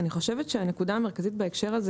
אני חושבת שהנקודה המרכזית בהקשר הזה